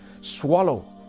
swallow